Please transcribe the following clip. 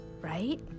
right